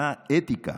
מה האתיקה.